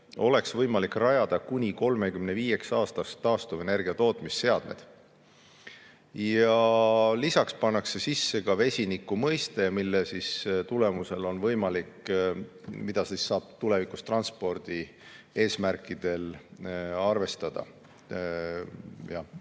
oleks võimalik rajada kuni 35 aastaks taastuvenergia tootmise seadmed. Lisaks pannakse sisse vesiniku mõiste, mille tulemusel on võimalik seda tulevikus transpordieesmärkidel arvestada.